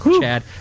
Chad